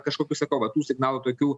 kažkokių sakau va tų signalų tokių